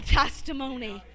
testimony